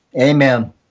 Amen